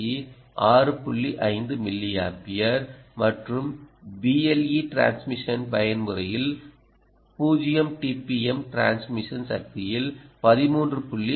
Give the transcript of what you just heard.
5 milliampere மற்றும் BLE transmission பயன்முறையில் 0 dBm transmission சக்தியில் 13